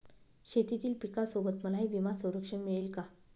शेतीतील पिकासोबत मलाही विमा संरक्षण मिळेल का?